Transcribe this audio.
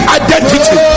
identity